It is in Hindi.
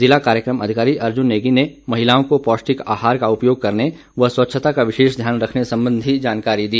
जिला कार्यक्रम अधिकारी अर्जुन नेगी ने महिलाओं को पौष्टिक आहार का उपयोग करने व स्वच्छता का विशेष ध्यान रखने संबंधी जानकारी दी